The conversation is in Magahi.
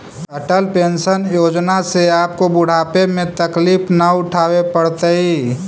अटल पेंशन योजना से आपको बुढ़ापे में तकलीफ न उठावे पड़तई